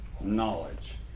knowledge